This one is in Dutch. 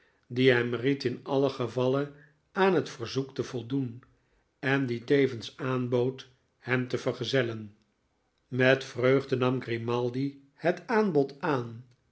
die hem ried in alien gevalle aan het verzoek te voldoen en die tevens aanbood hem te vergezellen met vreugde nam grimaldi het aanbod aan